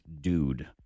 dude